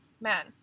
man